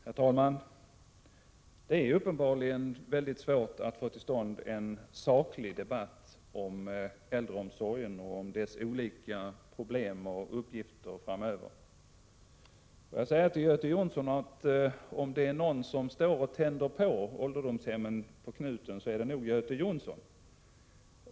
Herr talman! Det är uppenbarligen mycket svårt att få till stånd en saklig debatt om äldreomsorgen, om dess olika problem och uppgifter framöver. Om det är någon som tänder på knuten på ålderdomshemmen är det Göte Jonsson.